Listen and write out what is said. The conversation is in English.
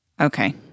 Okay